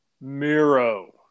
Miro